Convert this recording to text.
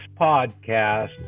podcast